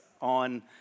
on